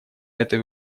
этой